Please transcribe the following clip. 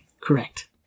Correct